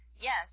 yes